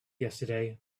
yesterday